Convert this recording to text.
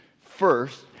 First